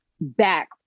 back